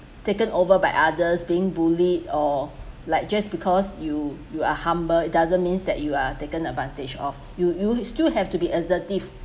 taken over by others being bullied or like just because you you are humble it doesn't mean that you are taken advantage of you you'll still have to be assertive